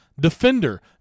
defender